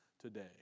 today